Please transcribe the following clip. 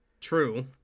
True